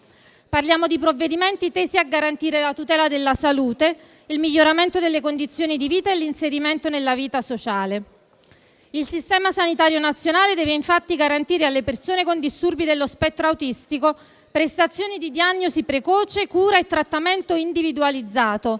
Parliamo di provvedimenti tesi a garantire la tutela della salute, il miglioramento delle condizioni di vita e l'inserimento nella vita sociale. II Servizio sanitario nazionale deve infatti garantire alle persone con disturbi dello spettro autistico prestazioni di diagnosi precoce, cura e trattamento individualizzato,